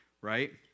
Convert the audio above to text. right